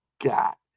got